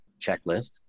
checklist